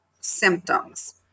symptoms